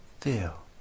feel